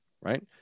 Right